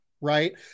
right